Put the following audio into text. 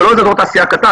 זה לא איזה אזור תעשייה קטן,